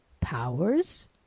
powers